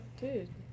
dude